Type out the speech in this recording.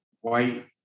white